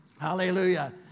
Hallelujah